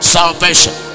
Salvation